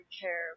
care